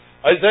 Isaiah